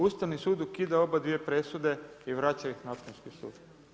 Ustavni sud ukida obadvije presude i vraća ih na Općinski sud.